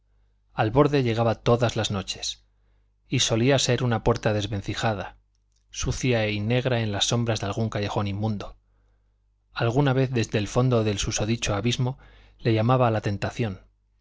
al borde llegaba todas las noches y solía ser una puerta desvencijada sucia y negra en las sombras de algún callejón inmundo alguna vez desde el fondo del susodicho abismo le llamaba la tentación